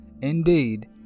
indeed